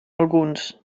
alguns